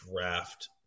draft